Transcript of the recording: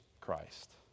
Christ